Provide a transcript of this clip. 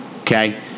Okay